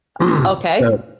Okay